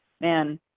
Man